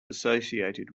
associated